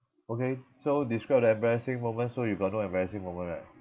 okay so describe the embarrassing moments so you got no embarrassing moment right